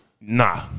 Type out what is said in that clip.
Nah